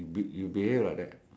you behave like that